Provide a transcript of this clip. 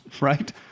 right